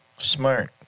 Smart